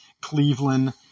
Cleveland